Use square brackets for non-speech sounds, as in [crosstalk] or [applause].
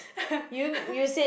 [laughs]